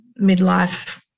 midlife